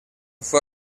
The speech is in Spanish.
fue